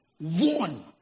one